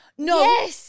No